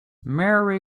merry